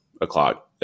o'clock